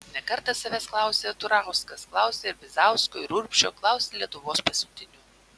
ne kartą savęs klausė turauskas klausė ir bizausko ir urbšio klausė lietuvos pasiuntinių